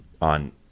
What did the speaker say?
on